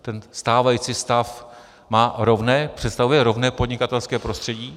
Ten stávající stav představuje rovné podnikatelské prostředí?